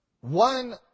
one